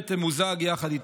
ותמוזג יחד איתה.